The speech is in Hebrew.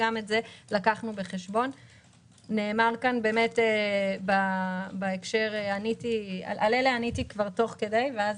על חלק מן השאלות עניתי תוך כדי המצגת.